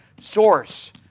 source